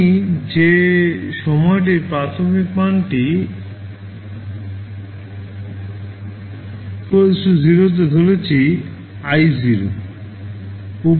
আমি যে প্রাথমিক মানটি t 0 তে ধরেছি I0